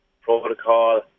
protocol